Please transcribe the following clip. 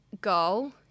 goal